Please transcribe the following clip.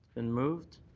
and moved?